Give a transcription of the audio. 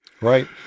right